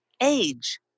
age